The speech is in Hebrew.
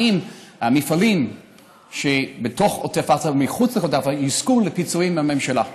האם המפעלים שבתוך עוטף עזה או מחוץ לעוטף עזה יזכו לפיצויים מהממשלה.